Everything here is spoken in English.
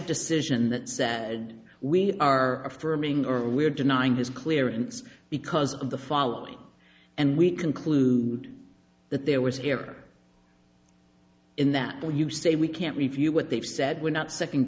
decision that said we are affirming or we're denying his clearance because of the following and we conclude that there was here in that when you say we can't review what they've said we're not second